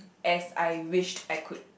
as I wish I could